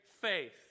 faith